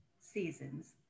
seasons